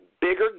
bigger